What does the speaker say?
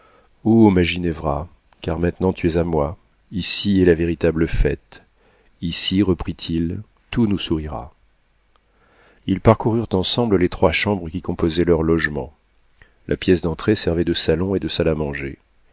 ginevra car maintenant tu es à moi ici est la véritable fête ici reprit-il tout nous sourira ils parcoururent ensemble les trois chambres qui composaient leur logement la pièce d'entrée servait de salon et de salle à manger